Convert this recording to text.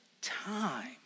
time